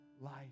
life